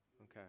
Okay